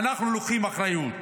אנחנו לוקחים אחריות.